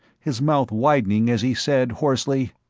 his mouth widening as he said hoarsely,